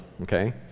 okay